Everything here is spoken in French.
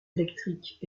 électriques